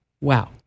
Wow